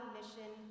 Mission